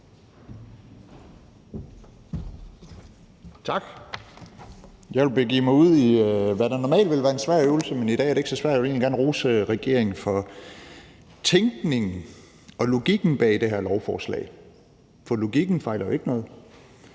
Tak. Jeg vil begive mig ud i, hvad der normalt ville være en svær øvelse, men i dag er det ikke så svært, og jeg vil egentlig gerne rose regeringen for tænkningen og logikken bag det her lovforslag. For logikken fejler jo ikke noget: